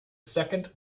second